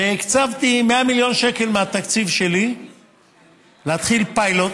הקצבתי 100 מיליון שקל מהתקציב שלי להתחיל פיילוט